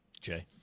Jay